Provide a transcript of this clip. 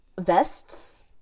Vests